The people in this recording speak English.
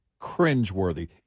cringeworthy